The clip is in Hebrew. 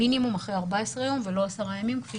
מינימום אחרי 14 ימים ולא 10 ימים כפי